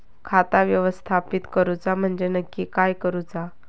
खाता व्यवस्थापित करूचा म्हणजे नक्की काय करूचा?